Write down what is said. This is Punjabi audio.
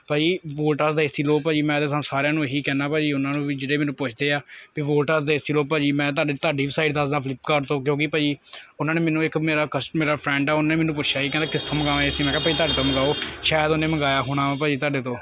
ਭਾਅ ਜੀ ਵੋਲਟਸ ਦਾ ਏਸੀ ਲਓ ਭਾਅ ਜੀ ਮੈਂ ਤਾ ਥੋਨੂੰ ਸਾਰਿਆਂ ਨੂੰ ਇਹੀ ਕਹਿੰਨਾ ਭਾਅ ਜੀ ਉਹਨਾਂ ਨੂੰ ਵੀ ਜਿਹੜੇ ਮੈਨੂੰ ਪੁਛਦੇ ਐ ਵਈ ਵੋਲਟਸ ਦਾ ਏਸੀ ਲਓ ਭਾਅ ਜੀ ਮੈਂ ਤਾਡੇ ਤਾਡੀ ਸਾਈਟ ਦੱਸਦਾਂ ਫਲਿੱਪ ਕਾਟ ਤੋਂ ਕਿਉਂਕੀ ਭਾਜੀ ਉਹਨਾਂ ਨੇ ਮੈਨੂੰ ਇੱਕ ਮੇਰਾ ਕਸ ਮੇਰਾ ਫਰੈਂਡ ਐ ਉਹਨੇ ਮੈਨੂੰ ਪੁਛਿਆ ਜੀ ਕਹਿੰਦਾ ਕਿੱਥੋਂ ਮੰਗਾਮਾਂ ਏਸੀ ਮੈਂ ਕਿਹਾ ਭਾਅ ਜੀ ਤੋਡੇ ਤੋਂ ਮੰਗਾਓ ਸ਼ੈਦ ਉਹਨੇ ਮੰਗਾਇਆ ਹੋਣਾ ਭਾਅ ਜੀ ਤਾਡੇ ਤੋਂ